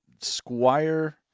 Squire